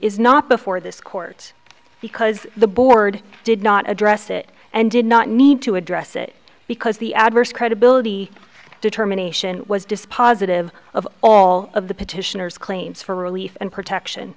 is not before this court because the board did not address it and did not need to address it because the adverse credibility determination was dispositive of all of the petitioners claims for relief and protection